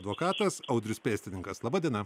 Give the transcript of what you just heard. advokatas audrius pėstininkas laba diena